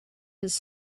his